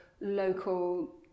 local